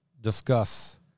discuss